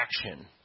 action